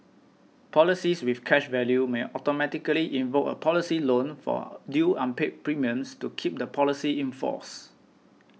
policies with cash value may automatically invoke a policy loan for due unpaid premiums to keep the policy in force